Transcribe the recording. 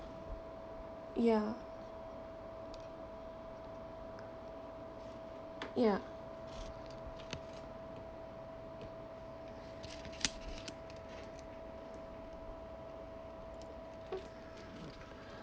ya ya